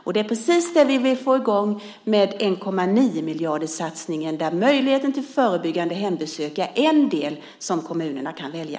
Och det är precis det som vi vill få i gång med 1,9-miljarderssatsningen, där möjligheten till förebyggande hembesök är en del som kommunerna kan välja.